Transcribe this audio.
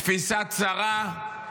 תפיסה צרה,